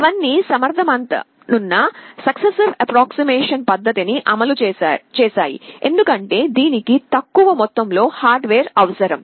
అవన్నీ సమర్థవంతమైనందున successive approximation పద్ధతిని అమలు చేశాయి ఎందుకంటే దీనికి తక్కువ మొత్తంలో హార్డ్వేర్ అవసరం